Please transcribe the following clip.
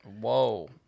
Whoa